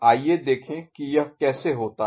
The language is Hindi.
आइए देखें कि यह कैसे होता है